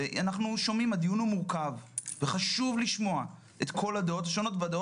הדיון הוא מורכב, וחשוב לשמוע את כל הדעות, והן